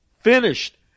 finished